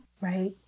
Right